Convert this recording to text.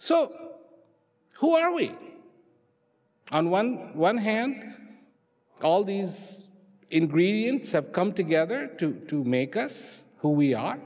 so who are weak and one one hand all these ingredients have come together to to make us who we are